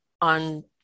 on